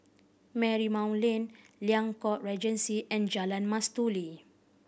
Marymount Lane Liang Court Regency and Jalan Mastuli